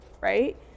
right